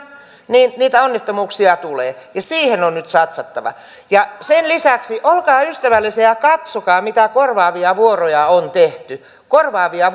niin niitä onnettomuuksia tulee ja siihen on on nyt satsattava sen lisäksi olkaa ystävällisiä ja katsokaa mitä korvaavia vuoroja on tehty korvaavia